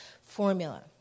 formula